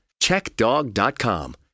CheckDog.com